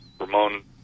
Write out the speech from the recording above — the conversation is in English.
Ramon